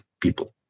people